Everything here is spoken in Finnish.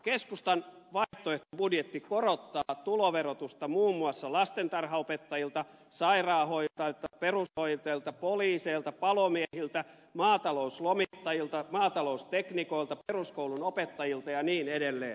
keskustan vaihtoehtobudjetti korottaa tuloverotusta muun muassa lastentarhanopettajilta sairaanhoitajilta perushoitajilta poliiseilta palomiehiltä maatalouslomittajilta maatalousteknikoilta peruskoulunopettajilta ja niin edelleen